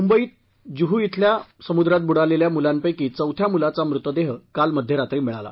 मुंबई जुहू इथल्या समुद्रात बुडालेल्या मुलांपैकी चौथ्या मुलाचा मृतदेह काल मध्यरात्री मिळाला